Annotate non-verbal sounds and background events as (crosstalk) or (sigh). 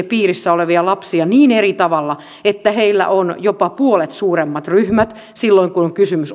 (unintelligible) piirissä olevia lapsia niin eri tavalla että heillä on jopa puolet suuremmat ryhmät silloin kun on kysymys